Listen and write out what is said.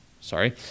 sorry